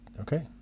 Okay